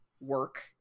work